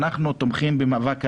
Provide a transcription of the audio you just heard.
אנחנו תומכים במאבק הנכים,